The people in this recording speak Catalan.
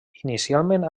inicialment